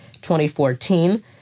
2014